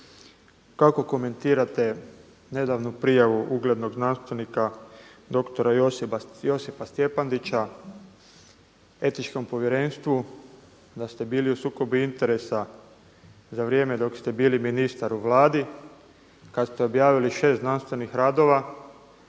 kako komentirate nedavnu prijavu uglednog znanstvenika doktora Josipa Stjepandića Etičkom povjerenstvu da ste bili u sukobu interesa za vrijeme dok ste bili ministar u Vladi kad ste objavili šest znanstvenih radova